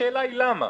השאלה היא למה.